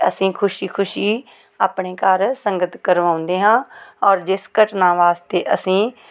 ਅਸੀਂ ਖੁਸ਼ੀ ਖੁਸ਼ੀ ਆਪਣੇ ਘਰ ਸੰਗਤ ਕਰਵਾਉਂਦੇ ਹਾਂ ਔਰ ਜਿਸ ਘਟਨਾ ਵਾਸਤੇ ਅਸੀਂ